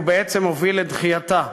ובעצם הוביל לדחייתה.